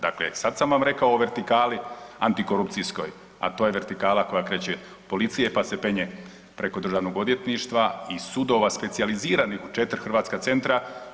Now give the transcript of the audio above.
Dakle, sad sam vam rekao o vertikali antikorupcijskoj, a to je vertikala koja kreće od policije pa se penje preko državnog odvjetništva i sudova specijaliziranih u četiri hrvatska centra.